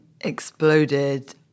exploded